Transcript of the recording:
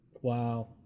Wow